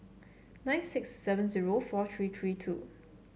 nine six seven zero four three three two